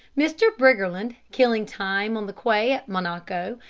mr. briggerland, killing time on the quay at monaco,